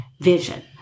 vision